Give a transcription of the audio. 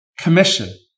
commission